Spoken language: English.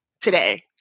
today